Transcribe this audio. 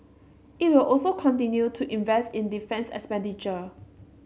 it will also continue to invest in defence expenditure